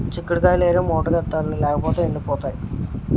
సిక్కుడు కాయిలేరి మూటకెత్తాలి లేపోతేయ్ ఎండిపోయి పోతాయి